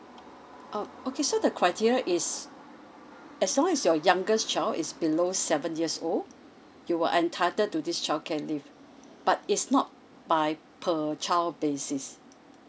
uh okay so the criteria is as long as your youngest child is below seven years old you are entitled to this childcare leave but it's not by per child basis